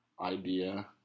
idea